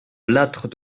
lattre